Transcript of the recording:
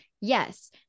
Yes